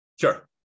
Sure